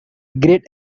great